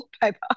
paper